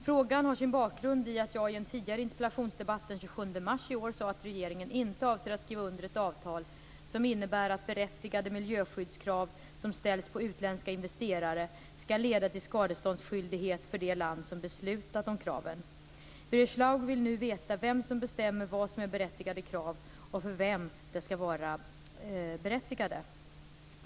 Frågan har sin bakgrund i att jag i en tidigare interpellationsdebatt den 27 mars i år sade att regeringen inte avser att skriva under ett avtal som innebär att berättigade miljöskyddskrav som ställs på utländska investerare skall leda till skadeståndsskyldighet för det land som beslutat om kraven. Birger Schlaug vill nu veta vem som bestämmer vad som är berättigade krav och för vem de skall vara berättigade.